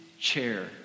chair